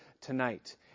tonight